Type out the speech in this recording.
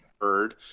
heard